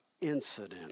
incident